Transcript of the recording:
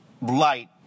light